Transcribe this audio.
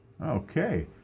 Okay